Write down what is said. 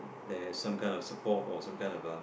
there is some kind of support or some kind of a